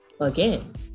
again